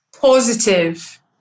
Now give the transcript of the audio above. positive